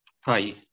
Hi